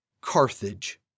Carthage